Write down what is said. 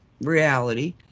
reality